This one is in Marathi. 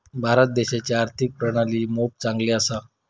भारत देशाची आर्थिक प्रणाली मोप चांगली असा